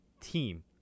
team